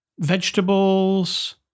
vegetables